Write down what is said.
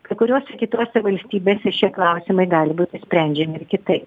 kai kuriose kitose valstybėse šie klausimai gali būti sprendžiami ir kitaip